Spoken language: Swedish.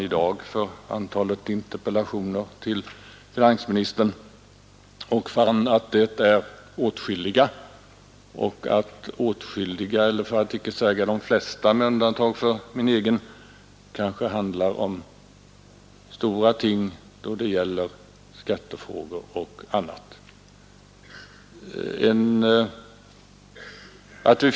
Jag satt tidigare och studerade föredragningslistan och fann att åtskilliga interpellationer riktats till finansministern och att de flesta med undantag för min egen interpellation handlar om stora ting i samband med skattefrågor och annat.